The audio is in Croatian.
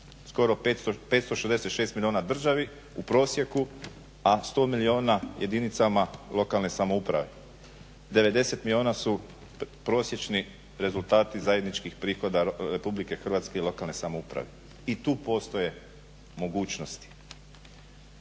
skoro 566 milijuna državi u prosjeku, a sto milijuna jedinicama lokalne samouprave, 90 milijuna su prosječni rezultati zajedničkih prihoda RH i lokalne samouprave i tu postoje mogućnosti.